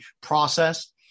process